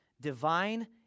divine